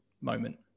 moment